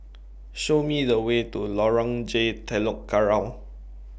Show Me The Way to Lorong J Telok Kurau